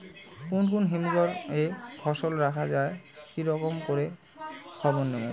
কুন কুন হিমঘর এ ফসল রাখা যায় কি রকম করে খবর নিমু?